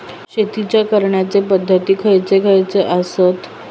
शेतीच्या करण्याचे पध्दती खैचे खैचे आसत?